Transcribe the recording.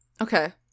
Okay